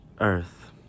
earth